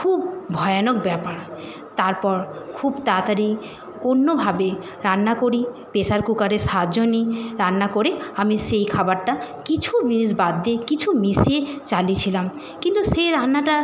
খুব ভয়ানক ব্যাপার তারপর খুব তাড়াতাড়ি অন্যভাবে রান্না করি প্রেসার কুকারের সাহায্য নিই রান্না করে আমি সেই খাবারটা কিছু জিনিস বাদ দিয়ে কিছু মিশিয়ে চালিয়েছিলাম কিন্তু সে রান্নাটা